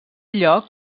lloc